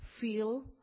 feel